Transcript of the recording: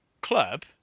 club